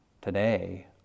today